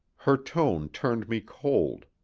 her tone turned me cold.